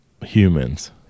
Humans